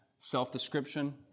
Self-description